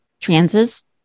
transes